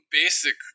basic